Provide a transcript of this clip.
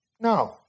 No